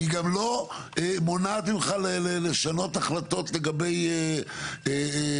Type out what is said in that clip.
היא גם לא מונעת ממך לשנות החלטות לגבי הנושא